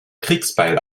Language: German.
kriegsbeil